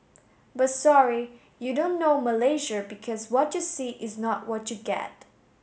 but sorry you don't know Malaysia because what you see is not what you get